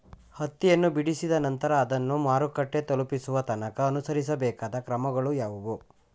ಹತ್ತಿಯನ್ನು ಬಿಡಿಸಿದ ನಂತರ ಅದನ್ನು ಮಾರುಕಟ್ಟೆ ತಲುಪಿಸುವ ತನಕ ಅನುಸರಿಸಬೇಕಾದ ಕ್ರಮಗಳು ಯಾವುವು?